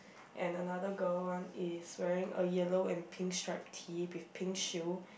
and another girl one is wearing a yellow and pink stripe tee with pink shoes